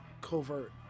covert